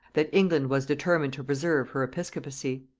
that england was determined to preserve her episcopacy.